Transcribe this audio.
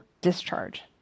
discharge